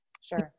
Sure